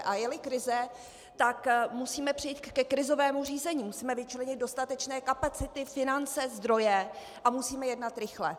A jeli krize, tak musíme přejít ke krizovému řízení, musíme vyčlenit dostatečné kapacity, finance, zdroje a musíme jednat rychle.